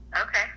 Okay